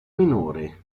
minore